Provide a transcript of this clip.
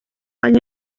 agli